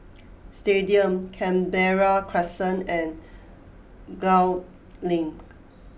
stadium Canberra Crescent and Gul Link